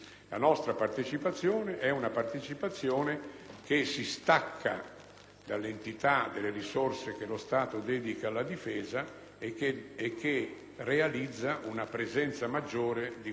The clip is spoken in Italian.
dall'entità delle risorse che lo Stato dedica alla Difesa e vi è una presenza maggiore di quanto non costi lo strumento militare per l'Italia.